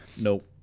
Nope